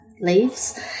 leaves